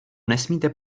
nesmíte